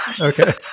Okay